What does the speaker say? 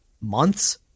months